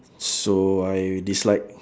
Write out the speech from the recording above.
so I dislike